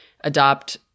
adopt